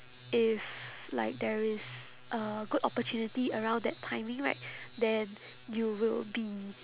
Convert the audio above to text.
if like there is a good opportunity around that timing right then you will be